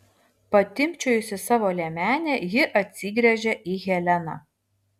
patimpčiojusi savo liemenę ji atsigręžia į heleną